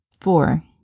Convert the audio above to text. four